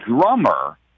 drummer